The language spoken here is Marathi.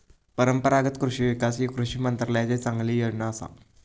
परंपरागत कृषि विकास ही कृषी मंत्रालयाची चांगली योजना असा